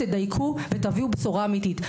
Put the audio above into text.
תדייקו ותביאו בשורה אמיתית.